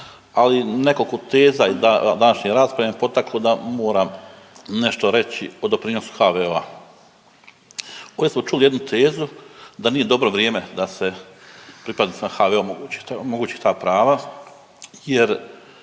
ali nekoliko teza iz današnje rasprave me potaklo da moram nešto reći o doprinosu HVO-a. Ovdje smo čuli jednu tezu da nije dobro vrijeme da se pripadnicima HVO-a omogući ta prava jer